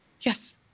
Yes